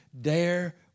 dare